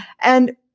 And-